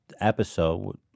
episode